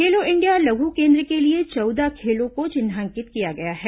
खेलो India लघु केन्द्र के लिए चौदह खेलों को चिन्हित किया गया है